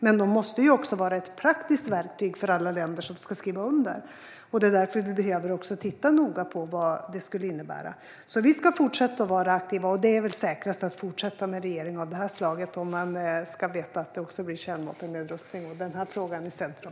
Men det måste ju också vara ett praktiskt verktyg för alla länder som ska skriva under, och det är också därför vi behöver titta noga på vad det skulle innebära. Vi ska fortsätta att vara aktiva, och det är väl säkrast att fortsätta med en regering av det här slaget för att veta att frågan om kärnvapennedrustning står i centrum.